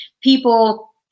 people